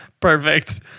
Perfect